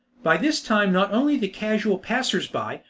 by this time not only the casual passers-by,